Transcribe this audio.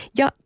ja